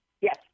Yes